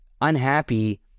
unhappy